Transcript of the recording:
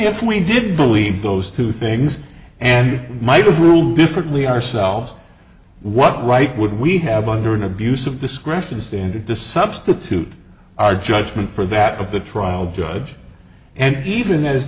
if we did believe those two things and might have ruled differently ourselves what right would we have under an abuse of discretion standard to substitute our judgment for that of the trial judge and even